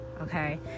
okay